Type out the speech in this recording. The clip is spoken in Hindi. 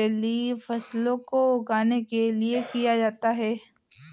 जलीय फसलों को उगाने के लिए किया जाता है